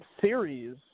series